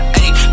ayy